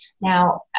Now